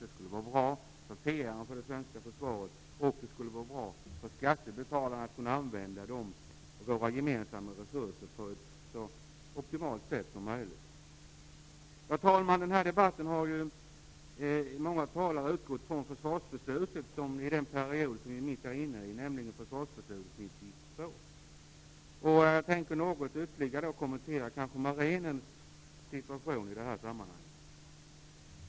Det skulle vara bra PR för det svenska försvaret, och det skulle vara bra för skattebetalarna om vi använde våra gemensamma resurser på ett så optimalt sätt som möjligt. Herr talman! I denna debatt har många talare utgått från det försvarsbeslut som gäller den period vi är mitt inne i, nämligen 1992 års försvarsbeslut. Jag tänker ytterligare kommentera marinens situation i detta sammanhang.